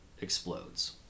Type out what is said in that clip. explodes